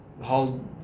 hold